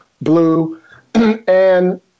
blue—and